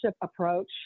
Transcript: approach